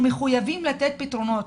אנחנו חייבים לתת פתרונות.